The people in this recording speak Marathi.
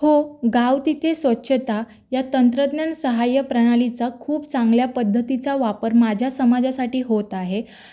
हो गाव तिथे स्वच्छता या तंत्रज्ञान सहाय्य प्रणालीचा खूप चांगल्या पद्धतीचा वापर माझ्या समाजासाठी होत आहे